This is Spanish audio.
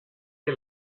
que